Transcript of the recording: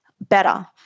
better